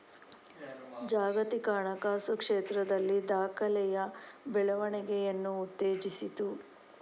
ಜಾಗತಿಕ ಹಣಕಾಸು ಕ್ಷೇತ್ರದಲ್ಲಿ ದಾಖಲೆಯ ಬೆಳವಣಿಗೆಯನ್ನು ಉತ್ತೇಜಿಸಿತು